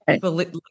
believe